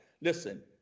Listen